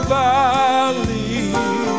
valley